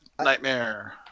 nightmare